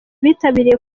bitabiriye